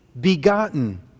begotten